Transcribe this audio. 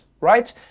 right